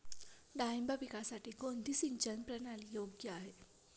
डाळिंब पिकासाठी कोणती सिंचन प्रणाली योग्य आहे?